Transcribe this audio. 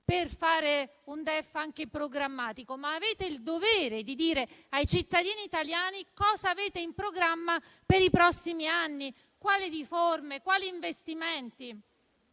per fare un DEF programmatico, ma avete anche il dovere di dire ai cittadini italiani cosa avete in programma per i prossimi anni, quali riforme e quali investimenti.